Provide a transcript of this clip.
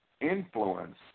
influence